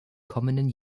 kommenden